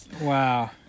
Wow